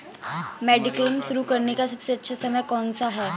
Mediclaim शुरू करने का सबसे अच्छा समय कौनसा है?